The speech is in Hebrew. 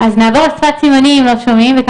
טובים לכולכם.